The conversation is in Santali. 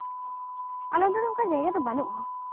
ᱟᱞᱮ ᱚᱱᱛᱮ ᱫᱚ ᱚᱱᱠᱟ ᱫᱚ ᱡᱟᱭᱜᱟ ᱫᱚ ᱵᱟᱹᱱᱩᱜᱼᱟ